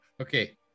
Okay